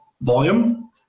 volume